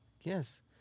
Yes